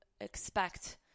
expect